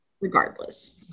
regardless